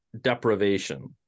deprivation